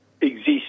exist